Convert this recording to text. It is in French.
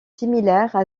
similaires